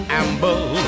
amble